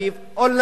או לנתניה,